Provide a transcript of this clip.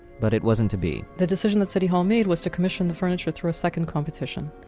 but it wasn't to be the decision that city hall made was to commission the furniture through a second competition.